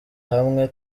hamwe